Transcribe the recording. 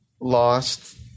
Lost